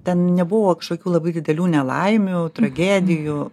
ten nebuvo kažkokių labai didelių nelaimių tragedijų